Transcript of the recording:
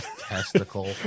testicle